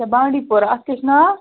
اچھا بانٛڈی پوٗرا اَتھ کیٛاہ چھُ ناو